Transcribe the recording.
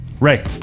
Ray